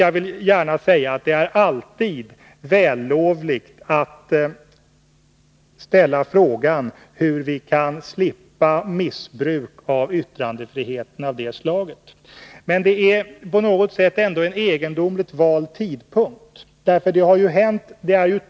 Jag vill gärna framhålla att det alltid är vällovligt att ställa frågan: Hur kan vi slippa sådant missbruk av yttrandefriheten? Men det är ändå på något sätt en egendomligt vald tidpunkt.